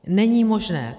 Není možné.